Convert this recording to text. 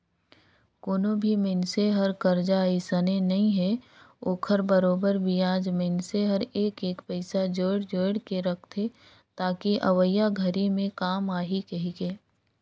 कोनो भी मइनसे हर करजा अइसने नइ हे ओखर बरोबर बियाज मइनसे हर एक एक पइसा जोयड़ जोयड़ के रखथे ताकि अवइया घरी मे काम आही कहीके